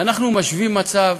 ואנחנו משווים את המצב